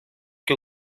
que